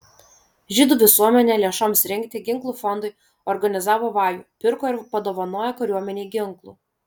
žydų visuomenė lėšoms rinkti ginklų fondui organizavo vajų pirko ir padovanojo kariuomenei ginklų